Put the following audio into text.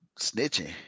snitching